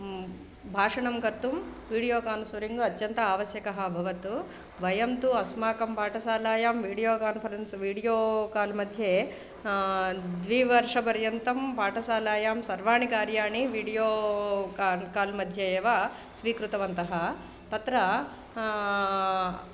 भाषणं कर्तुं video conferencing अत्यन्त आवश्यकं अभवत् वयं तु अस्माकं पाठशालायां वीडियो कान्फरेन्स् वीडियो काल् मध्ये द्विवर्षपर्यन्तं पाठशालायां सर्वाणि कार्याणि वीडियो काल् काल् मध्ये एव स्वीकृतवन्तः तत्र